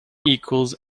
equals